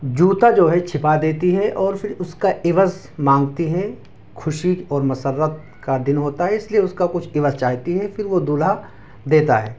جوتا جو ہے چھپا دیتی ہے اور پھر اس کا عوض مانگتی ہے خوشی اور مسرت کا دن ہوتا ہے اس لیے اس کا کچھ عوض چاہتی ہے پھر وہ دولہا دیتا ہے